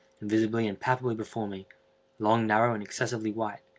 and visibly and palpably before me long, narrow, and excessively white,